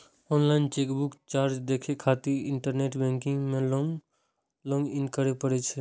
online chequebook charge देखै खातिर internet banking मे लॉग इन करै पड़ै छै